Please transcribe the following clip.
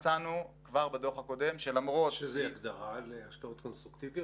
יש איזו הגדרה להשקעות קונסטרוקטיביות?